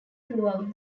throughout